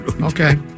Okay